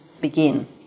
begin